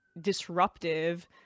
disruptive